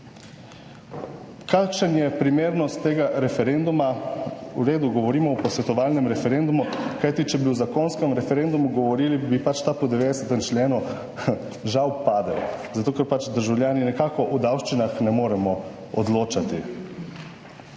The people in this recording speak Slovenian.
Kakšna je primernost tega referenduma. V redu, govorimo o posvetovalnem referendumu, kajti če bi o zakonskem referendumu govorili, bi ta po 90. členu, žal, padel, zato ker državljani o davščinah ne moremo odločati.